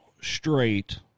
straight